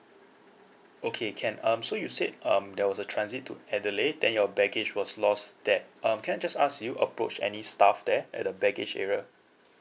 okay can um so you said um there was a transit to adelaide then your baggage was lost there um can I just ask did you approach any staff there at the baggage area